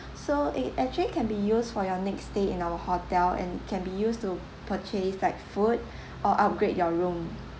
so it actually can be used for your next stay in our hotel and can be used to purchase like food or upgrade your room